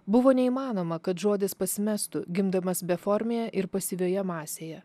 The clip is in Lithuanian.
buvo neįmanoma kad žodis pasimestų gimdamas beformėje ir pasyvioje masėje